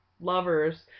lovers